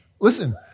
Listen